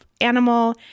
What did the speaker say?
animal